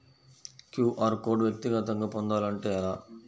QR code వ్యక్తిగతంగా పొందాలంటే ఎలా?